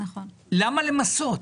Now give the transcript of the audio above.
למה למסות?